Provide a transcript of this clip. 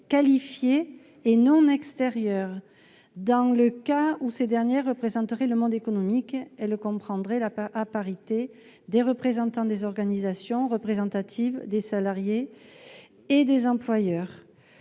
qualifiées ; dans le cas où ces dernières représenteraient le monde économique, elles comprendraient, à parité, des représentants des organisations représentatives des salariés et des employeurs